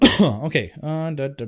okay